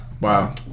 Wow